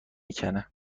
مکه